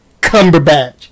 Cumberbatch